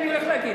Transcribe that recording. אני הולך להגיד.